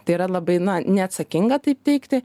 tai yra labai na neatsakinga taip teigti